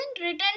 written